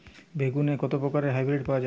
বেগুনের কত প্রকারের হাইব্রীড পাওয়া যায়?